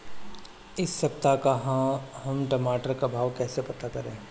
इस सप्ताह का हम टमाटर का भाव कैसे पता करें?